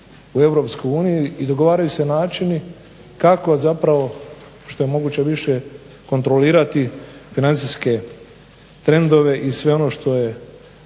uniji i dogovaraju se načini kako zapravo što je moguće više kontrolirati financijske trendove i sve ono što je